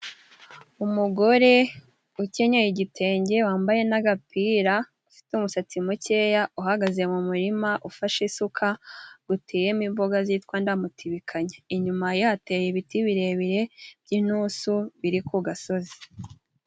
Umugore ukenyeye igitenge, wambaye n'agapira, ufite umusatsi mukeya, uhagaze mu murima ufashe isuka guteyemo imboga zitwa ndamutibikanye, inyuma ye hateye ibiti birebire by'intusu biri ku gasozi.